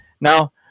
Now